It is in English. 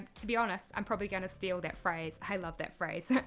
to be honest, i'm probably gonna steal that phrase. i love that phrase.